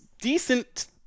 decent